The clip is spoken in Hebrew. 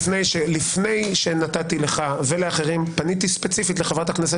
לפני שנתתי לך ולאחרים פניתי ספציפית לחברת הכנסת